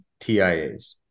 tias